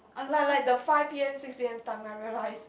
like like the five P_M six P_M time when I realised